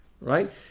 Right